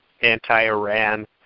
anti-Iran